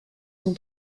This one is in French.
son